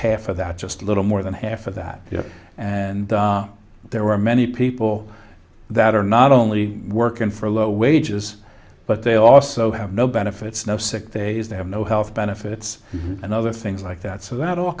half of that just a little more than half of that and there are many people that are not only working for low wages but they also have no benefits no sick days they have no health benefits and other things like that so that all